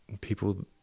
people